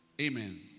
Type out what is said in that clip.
Amen